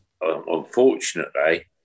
unfortunately